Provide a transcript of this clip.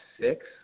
six